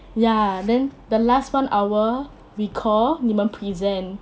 ya then the last one hour we call 你们 present